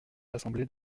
assemblés